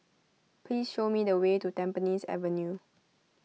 please show me the way to Tampines Avenue